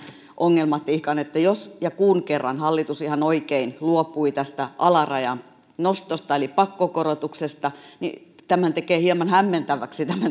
ongelmatiikan että jos ja kun hallitus ihan oikein luopui tästä alarajan nostosta eli pakkokorotuksesta niin tämän tilanteen tekee hieman hämmentäväksi